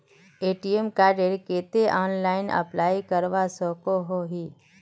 ATM कार्डेर केते online apply करवा सकोहो ही?